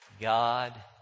God